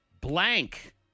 blank